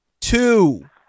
Two